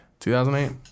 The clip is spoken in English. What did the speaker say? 2008